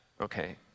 Okay